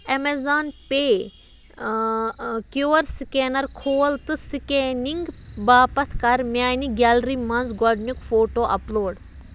Amazon پے Q R scanner کھول تہٕ سِکینِنٛگ باپتھ کَر میٛانہِ گیلری منٛز گۄڈنیُک فوٹوٗ اَپ لوڈ